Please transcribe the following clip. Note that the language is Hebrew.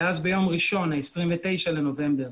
ביום ראשון, ה-29 בנובמבר,